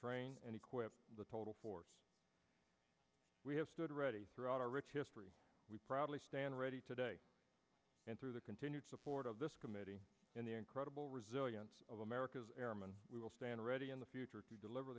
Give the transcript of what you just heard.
train and equip the total force we have stood ready throughout our rich history we proudly stand ready today and through the continued support of this committee and the incredible resilience of america's airman we will stand ready in the future to deliver